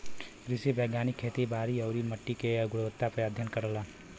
कृषि वैज्ञानिक खेती बारी आउरी मट्टी के गुणवत्ता पे अध्ययन करलन